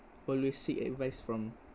always seek advice from